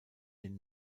den